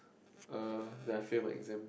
er when I fail my exams